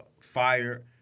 fire